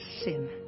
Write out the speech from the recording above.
sin